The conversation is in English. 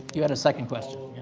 you had a second question.